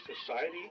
society